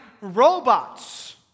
robots